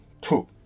two